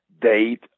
date